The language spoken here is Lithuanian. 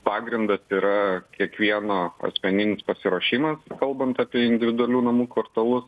pagrindas yra kiekvieno asmeninis pasiruošimas kalbant apie individualių namų kvartalus